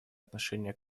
отношение